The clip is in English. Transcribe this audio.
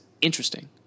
interesting